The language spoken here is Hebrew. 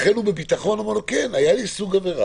לכן בביטחון הוא אומר לו: כן, היה לי סוג עבירה